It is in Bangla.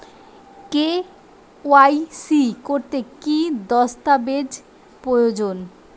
কে.ওয়াই.সি করতে কি দস্তাবেজ প্রয়োজন?